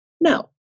No